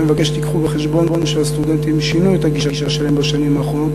ואני מבקש שתיקחו בחשבון שהסטודנטים שינו את הגישה שלהם בשנים האחרונות,